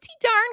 darn